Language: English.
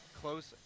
close